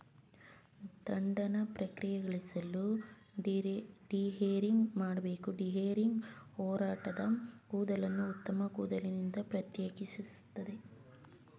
ದಂಡನ ಪ್ರಕ್ರಿಯೆಗೊಳಿಸಲು ಡಿಹೇರಿಂಗ್ ಮಾಡ್ಬೇಕು ಡಿಹೇರಿಂಗ್ ಒರಟಾದ ಕೂದಲನ್ನು ಉತ್ತಮ ಕೂದಲಿನಿಂದ ಪ್ರತ್ಯೇಕಿಸ್ತದೆ